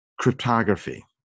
cryptography